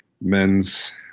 men's